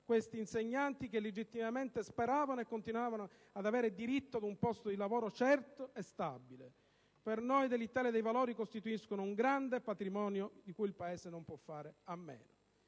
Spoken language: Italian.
questi insegnanti, che legittimamente speravano e continuavano ad avere diritto ad un posto di lavoro certo e stabile: per noi dell'Italia dei Valori costituiscono un grande patrimonio di cui il Paese non può fare a meno.